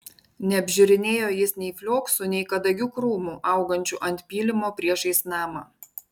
neapžiūrinėjo jis nei flioksų nei kadagių krūmų augančių ant pylimo priešais namą